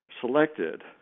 Selected